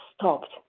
stopped